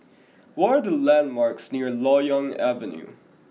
what are the landmarks near Loyang Avenue